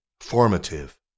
formative